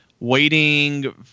waiting